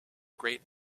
great